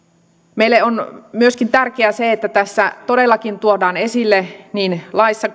meille on myöskin tärkeää se että tässä todellakin tuodaan esille niin laissa